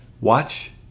Watch